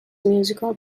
musical